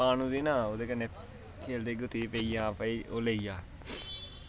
होंदी ना ओह्दे कन्नै खेलदे गुत्ती च पेई गेआ भाई ओह् लेई गेआ